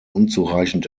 unzureichend